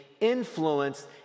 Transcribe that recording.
influenced